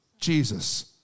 Jesus